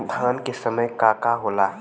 धान के समय का का होला?